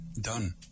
done